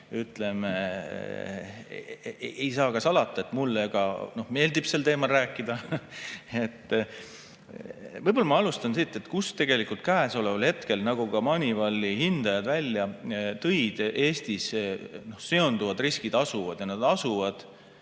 ütleme, ei saa ka salata, et mulle meeldib sel teemal rääkida. Võib-olla ma alustan siit, kus tegelikult käesoleval hetkel, nagu ka Moneyvali hindajad välja tõid, Eestis seonduvad riskid asuvad – need asuvad